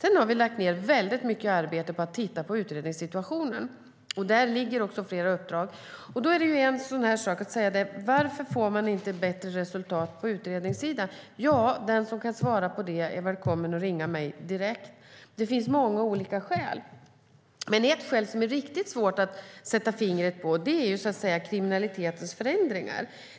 Vi har lagt ned mycket arbete på att titta på utredningssituationen. Där ligger flera uppdrag. Sedan är frågan varför man inte får bättre resultat på utredningssidan. Ja, den som kan svara på det är välkommen att ringa mig direkt. Det finns många olika skäl. Ett skäl som det är riktigt svårt att sätta fingret på gäller kriminalitetens förändring.